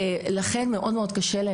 לכן מאוד מאוד קשה להן.